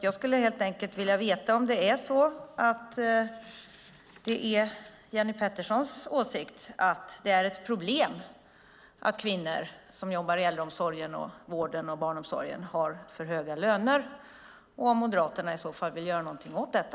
Jag skulle helt enkelt vilja veta om Jenny Peterssons åsikt är att det är ett problem att kvinnor som jobbar i äldreomsorgen, vården och barnomsorgen har för höga löner och om Moderaterna i så fall vill göra någonting åt detta.